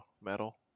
metal